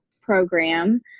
program